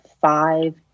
five